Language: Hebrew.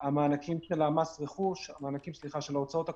המענקים של ההוצאות הקבועות,